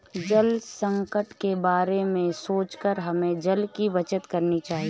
जल संकट के बारे में सोचकर हमें जल की बचत करनी चाहिए